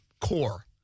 core